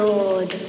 Lord